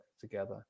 together